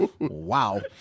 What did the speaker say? Wow